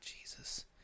Jesus